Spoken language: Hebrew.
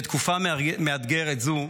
בתקופה מאתגרת זו,